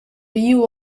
you